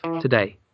today